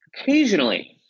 occasionally